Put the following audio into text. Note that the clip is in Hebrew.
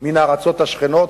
מן הארצות השכנות,